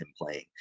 playing